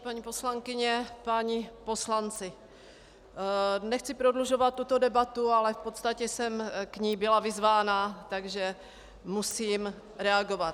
Paní poslankyně, páni poslanci, nechci prodlužovat tuto debatu, ale v podstatě jsem k ní byla vyzvána, takže musím reagovat.